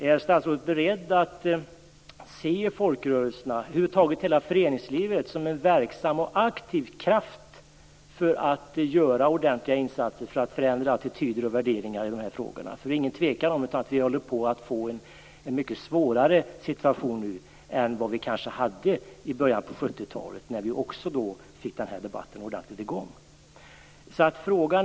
Är statsrådet beredd att se folkrörelserna, över huvud taget hela föreningslivet, som en verksam och aktiv kraft för att göra ordentliga insatser för att förändra attityder och värderingar i frågorna? Det råder inget tvivel om att vi håller på att få en svårare situation än vad vi hade i början av 70-talet när debatten kom i gång.